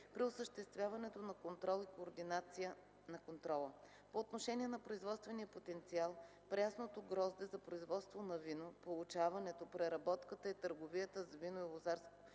при осъществяването на контрол и координация на контрола. По отношение на производствения потенциал, прясното грозде за производство на вино, получаването, преработката и търговията с вино и лозаро-винарски